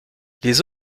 les